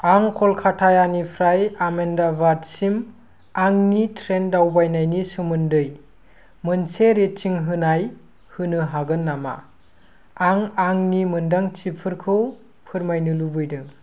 आं कलकातानिफ्राय आहमेदाबादसिम आंनि ट्रेन दावबायनायनि सोमोन्दै मोनसे रेटिं होनाय होनो हागोन नामा आं आंनि मोन्दांथिफोरखौ फोरमायनो लुबैदों